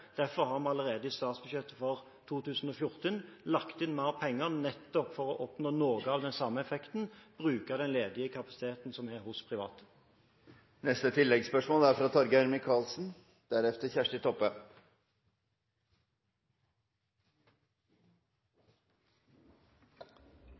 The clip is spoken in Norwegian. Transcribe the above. Derfor har vi allerede i statsbudsjettet for 2014 lagt inn mer penger nettopp for å oppnå noe av den samme effekten – å bruke den ledige kapasiteten som er hos private.